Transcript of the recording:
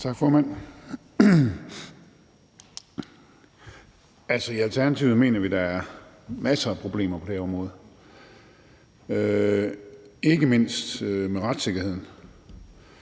Tak, formand. I Alternativet mener vi, at der er masser af problemer på det her område, ikke mindst med retssikkerheden.